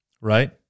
right